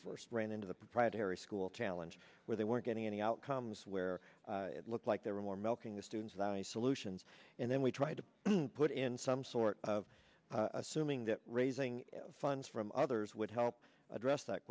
of ran into the proprietary school challenge where they weren't getting any outcomes where it looked like there were more milking the students that i solutions and then we tried to put in some sort of assuming that raising funds from others would help address that